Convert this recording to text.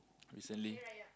recently